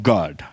God